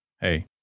hey